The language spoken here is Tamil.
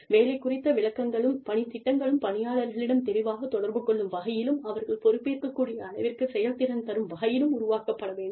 வேலை குறித்த விளக்கங்களும் பணித் திட்டங்களும் பணியாளர்களிடம் தெளிவாக தொடர்பு கொள்ளும் வகையிலும் அவர்கள் பொறுப்பேற்கக் கூடிய அளவிற்குச் செயல்திறனை தரும் வகையிலும் உருவாக்கப்பட வேண்டும்